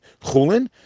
chulin